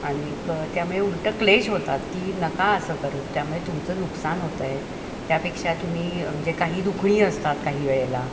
आणि त्यामुळे उलटं क्लेश होतात की नका असं करू त्यामुळे तुमचं नुकसान होतं आहे त्यापेक्षा तुम्ही म्हणजे काही दुखणी असतात काही वेळेला